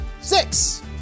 six